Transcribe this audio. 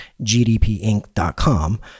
GDPinc.com